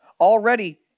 already